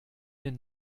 den